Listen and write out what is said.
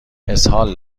اسهال